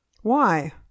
Why